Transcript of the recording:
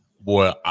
boy